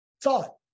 thought